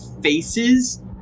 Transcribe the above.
faces